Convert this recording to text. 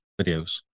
videos